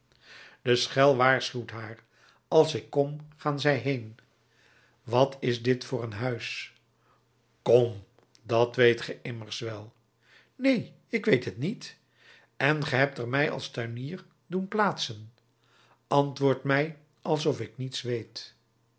de schel waarschuwt haar als ik kom gaan zij heen wat is dit voor een huis kom dat weet ge immers wel neen ik weet het niet en ge hebt er mij als tuinier doen plaatsen antwoord mij alsof ik niets weet